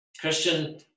Christian